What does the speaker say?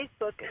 Facebook